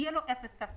יהיה לו אפס כספומטים.